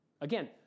Again